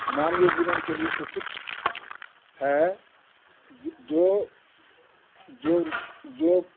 मानवीय जीवन के लिए उपयुक्त है जो जो जो